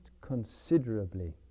considerably